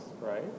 right